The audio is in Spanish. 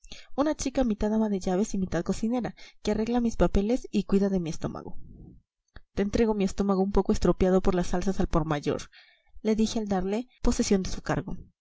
una chica mitad ama de llaves y mitad cocinera que arregla mis papeles y cuida de mi estómago te entrego mi estómago un poco estropeado por las salsas al por mayor le dije al darle posesión de su cargo